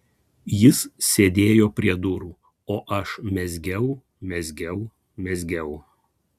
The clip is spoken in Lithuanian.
jis sėdėjo prie durų o aš mezgiau mezgiau mezgiau